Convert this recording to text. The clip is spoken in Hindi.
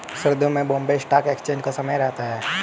सर्दियों में बॉम्बे स्टॉक एक्सचेंज का समय क्या रहता है?